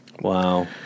Wow